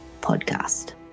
podcast